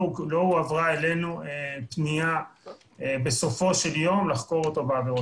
לא הועברה אלינו פנייה בסופו של יום לחקור אותו בעבירות הסתה.